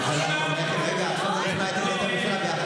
בדבר אחד אתם מצטיינים, בהסתה.